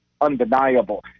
undeniable